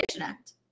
Act